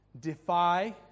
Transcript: defy